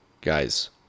Guys